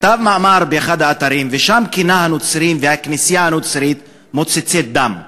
כתב מאמר באחד האתרים ושם כינה את הנוצרים והכנסייה הנוצרית "מוצצי דם",